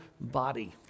body